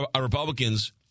Republicans